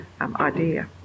Idea